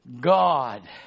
God